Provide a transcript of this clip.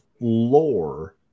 lore